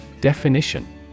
Definition